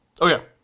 Okay